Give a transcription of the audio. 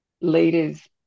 leaders